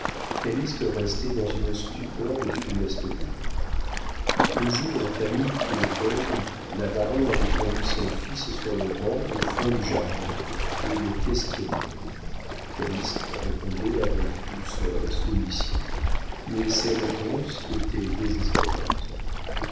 calyste restait dans une stupeur de funeste augure le jour où la famille prit le deuil la baronne avait conduit son fils sur le banc au fond du jardin et le questionnait calyste répondait avec douceur et soumission mais ses réponses étaient désespérantes